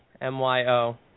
M-Y-O